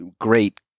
great